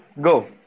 go